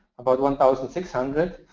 about one thousand six hundred